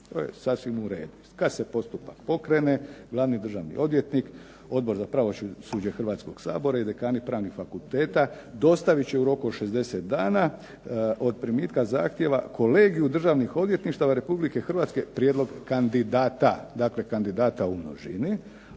To je sasvim u redu. Kad se postupak pokrene, glavni državni odvjetnik, Odbor za pravosuđe Hrvatskog sabora i dekani pravnih fakulteta dostavit će u roku od 60 dana od primitka zahtjeva kolegiju državnih odvjetništava Republike Hrvatske prijedlog kandidata, dakle kandidata u množini,